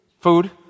Food